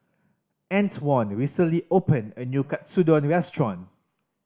Antwon recently opened a new Katsudon Restaurant